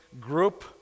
group